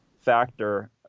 factor